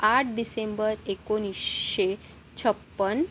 आठ डिसेंबर एकोणिसशे छप्पन्न